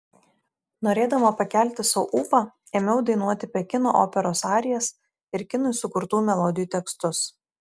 norėdama pakelti sau ūpą ėmiau dainuoti pekino operos arijas ir kinui sukurtų melodijų tekstus